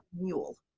mule